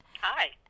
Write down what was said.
Hi